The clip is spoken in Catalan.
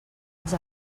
els